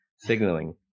signaling